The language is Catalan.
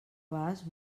vas